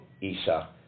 Isa